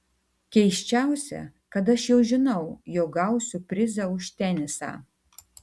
keisčiausia kad aš jau žinau jog gausiu prizą už tenisą